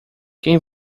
quem